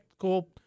Cool